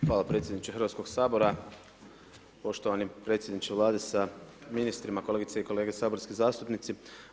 Hvala predsjedniče Hrvatskog sabora, poštovani predsjedniče Vlade sa ministrima, kolegice i kolege saborski zastupnici.